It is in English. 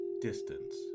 distance